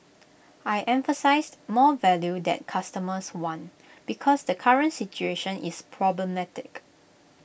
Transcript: I emphasised more value that customers want because the current situation is problematic